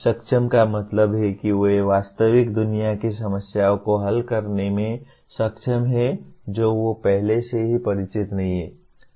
सक्षम का मतलब है कि वे वास्तविक दुनिया की समस्याओं को हल करने में सक्षम हैं जो वे पहले से ही परिचित नहीं हैं